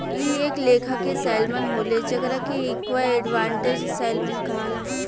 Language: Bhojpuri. इ एक लेखा के सैल्मन होले जेकरा के एक्वा एडवांटेज सैल्मन कहाला